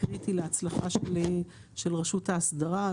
קריטי להצלחה של רשות האסדרה.